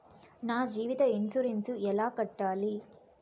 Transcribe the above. నా జీవిత ఇన్సూరెన్సు ఎలా కట్టాలి?